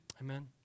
Amen